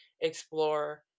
Explore